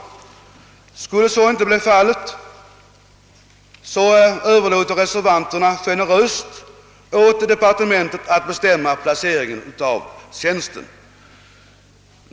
Skulle så bli fallet överlåter reservanterna generöst åt departementet att bestämma placeringen av tjänsten.